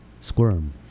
squirm